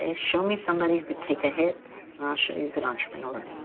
ah show me somebody who can take a hit and i'll show you a good entrepreneur.